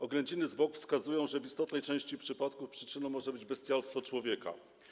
Oględziny zwłok wskazują, że w istotnej części przypadków przyczyną może być bestialstwo człowieka.